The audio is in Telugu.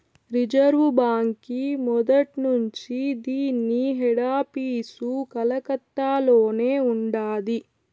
రిజర్వు బాంకీ మొదట్నుంచీ దీన్ని హెడాపీసు కలకత్తలోనే ఉండాది